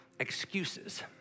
excuses